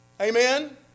Amen